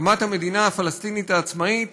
הקמת המדינה הפלסטינית העצמאית,